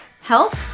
health